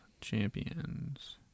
Champions